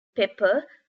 pepper